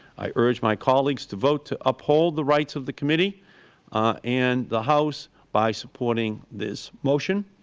i urge my colleagues to vote to uphold the rights of the committee and the house by supporting this motion.